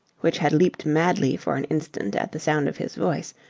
which had leaped madly for an instant at the sound of his voice,